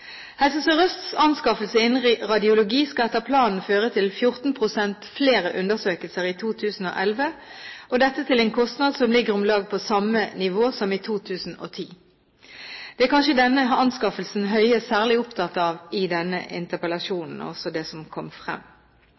Helse Sør-Østs anskaffelse innen radiologi skal etter planen føre til 14 pst. flere undersøkelser i 2011, til en kostnad som ligger om lag på samme nivå som i 2010. Det er kanskje denne anskaffelsen Høie særlig er opptatt av i denne interpellasjonen, altså fra det som kom frem.